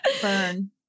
Burn